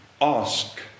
ask